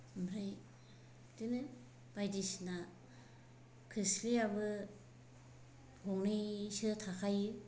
ओमफ्राय बिदिनो बायदिसिना खोस्लियाबो गंनैसो थाखायो